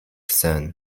sen